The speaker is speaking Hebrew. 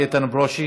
איתן ברושי,